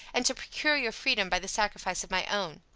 and to procure your freedom by the sacrifice of my own.